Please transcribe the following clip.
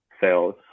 sales